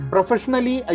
Professionally